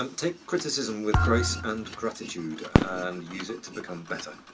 um take criticism with grace and gratitude um use it to become better.